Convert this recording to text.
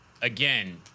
Again